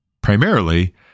primarily